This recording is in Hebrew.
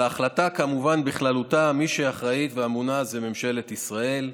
על ההחלטה בכללותה כמובן מי שאחראית ואמונה זה ממשלת ישראל.